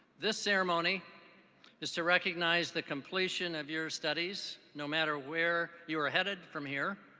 this ceremony is to recognize the completion of your studies no matter where you are headed from here.